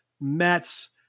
Mets